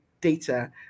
data